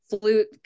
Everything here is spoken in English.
flute